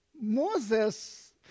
Moses